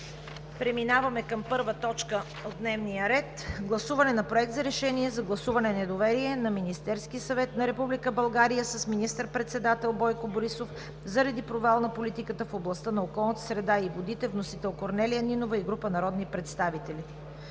събрание 29 – 31 януари 2020 г.: „1. Гласуване на Проект на решение за гласуване недоверие на Министерския съвет на Република България с министър-председател Бойко Борисов заради провал на политиката в областта на околната среда и водите. Вносители – Корнелия Нинова и група народни представители,